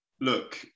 look